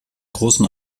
großen